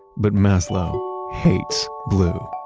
but mazlo hates blue.